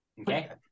Okay